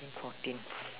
thirteen fourteen